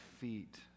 feet